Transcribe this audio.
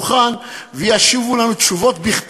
ואחר כך הם יעלו פה לדוכן וישיבו לנו תשובות בכתב